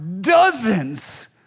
dozens